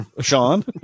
Sean